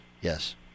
Yes